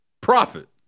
profit